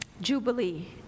Jubilee